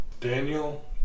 Daniel